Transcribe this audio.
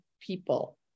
people